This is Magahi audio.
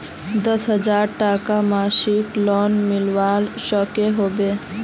दस हजार टकार मासिक लोन मिलवा सकोहो होबे?